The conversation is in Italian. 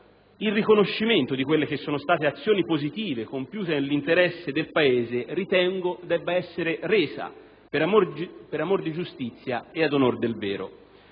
il riconoscimento delle azioni positive compiute nell'interesse del Paese, ritengo debba essere resa per amor di giustizia e ad onor del vero.